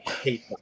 hate